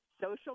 social